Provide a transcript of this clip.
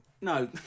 No